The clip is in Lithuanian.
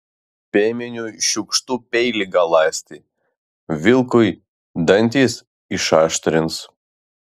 piemeniui šiukštu peilį galąsti vilkui dantis išaštrins